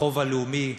החוב הלאומי,